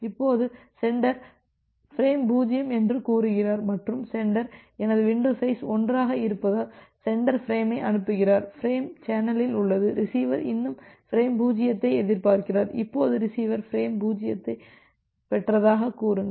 இப்போது sender frame 0 என்று கூறுகிறார் மற்றும் சென்டர் எனது வின்டோ சைஸ் 1 ஆக இருப்பதால் சென்டர் ஃபிரேமை அனுப்புகிறார் பிரேம் சேனலில் உள்ளது ரிசீவர் இன்னும் ஃபிரேம் 0ஐ எதிர்பார்க்கிறார் இப்போது ரிசீவர் ஃபிரேம் 0ஐப் பெற்றதாகக் கூறுங்கள்